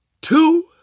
two